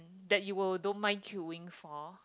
that you will don't mind queuing for